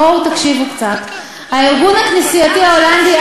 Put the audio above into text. (חברת הכנסת תמר זנדברג יוצאת מאולם המליאה.) הארגון הכנסייתי ההולנדי,